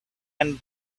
and